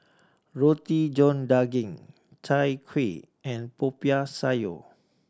Roti John Daging Chai Kuih and Popiah Sayur